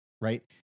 Right